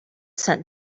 sent